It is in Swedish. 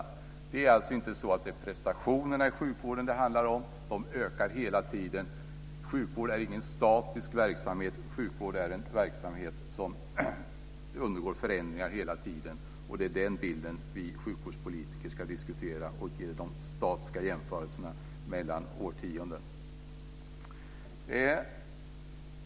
Det är alltså inte så att det är prestationerna i sjukvården som det handlar om. De ökar hela tiden. Sjukvård är ingen statisk verksamhet. Sjukvård är en verksamhet som undergår förändringar hela tiden, och det är den bilden som vi sjukvårdspolitiker ska diskutera och göra de statiska jämförelserna mellan årtionden.